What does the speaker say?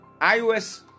iOS